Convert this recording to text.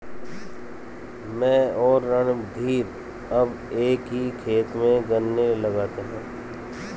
मैं और रणधीर अब एक ही खेत में गन्ने लगाते हैं